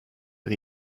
but